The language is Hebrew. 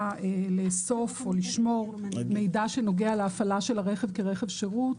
לאסוף או לשמור מידע שנוגע להפעלת הרכב כרכב שירות.